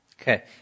Okay